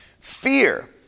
Fear